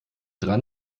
dran